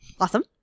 Awesome